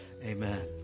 Amen